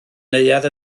neuadd